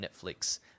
Netflix